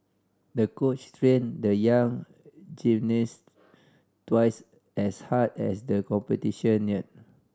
the coach trained the young gymnast twice as hard as the competition neared